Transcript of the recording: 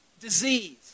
disease